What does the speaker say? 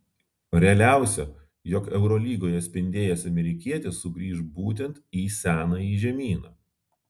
realiausia jog eurolygoje spindėjęs amerikietis sugrįš būtent į senąjį žemyną